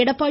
Edappadi